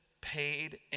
paid